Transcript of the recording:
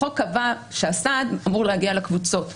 החוק קבע שהסעד אמור להגיע לקבוצות.